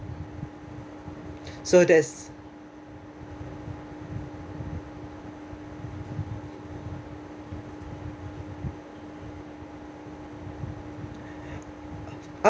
so that's